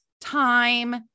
time